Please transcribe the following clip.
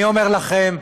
אני אומר לכם,